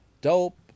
dope